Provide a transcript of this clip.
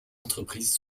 entreprises